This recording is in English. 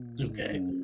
Okay